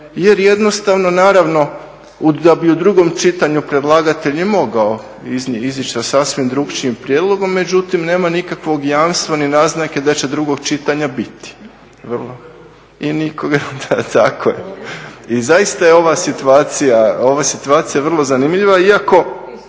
jer jednostavno naravno da bi u drugom čitanju predlagatelj i mogao izići sa sasvim drugačijem prijedlogom, međutim nema nikakvog jamstva ni naznake da će drugog čitanja biti. … /Upadica se ne čuje./ … Da, tako je. I zaista je ova situacija vrlo zanimljiva iako